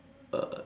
uh